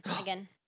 again